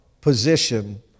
position